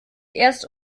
erst